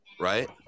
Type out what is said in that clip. Right